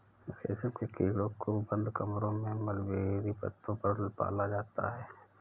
रेशम के कीड़ों को बंद कमरों में मलबेरी पत्तों पर पाला जाता है समझे राजू